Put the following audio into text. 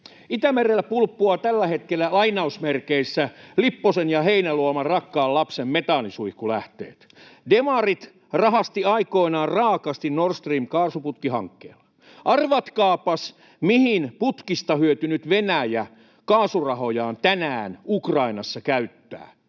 Itämerellä pulppuavat tällä hetkellä, lainausmerkeissä, Lipposen ja Heinäluoman rakkaan lapsen metaanisuihkulähteet. Demarit rahastivat aikoinaan raakasti Nord Stream -kaasuputkihankkeella. Arvatkaapas, mihin putkista hyötynyt Venäjä kaasurahojaan tänään Ukrainassa käyttää?